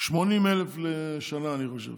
80,000 לשנה, אני חושב.